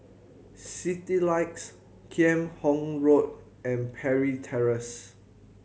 Citylights Kheam Hock Road and Parry Terrace